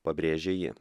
pabrėžė ji